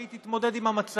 שהיא תתמודד עם המצב.